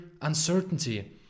uncertainty